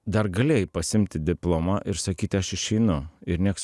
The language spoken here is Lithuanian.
dar galėjai pasiimti diplomą ir sakyti aš išeinu ir nieks